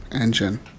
engine